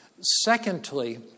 Secondly